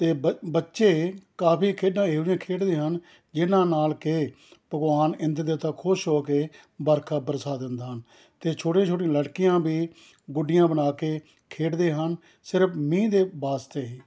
ਅਤੇ ਬੱਚੇ ਕਾਫੀ ਖੇਡਾਂ ਇਹੋ ਜਿਹੀਆਂ ਖੇਡਦੇ ਹਨ ਜਿਨ੍ਹਾਂ ਨਾਲ ਕਿ ਭਗਵਾਨ ਇੰਦਰ ਦੇਵਤਾ ਖੁਸ਼ ਹੋ ਕੇ ਵਰਖਾ ਬਰਸਾ ਦਿੰਦਾ ਹਨ ਅਤੇ ਛੋਟੀਆਂ ਛੋਟੀਆਂ ਲੜਕੀਆਂ ਵੀ ਗੁੱਡੀਆਂ ਬਣਾ ਕੇ ਖੇਡਦੇ ਹਨ ਸਿਰਫ ਮੀਂਹ ਦੇ ਵਾਸਤੇ